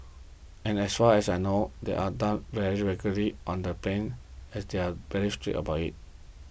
and as far as I know they are done very regularly on the planes as they are very strict about it